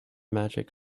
magic